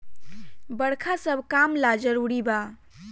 बरखा सब काम ला जरुरी बा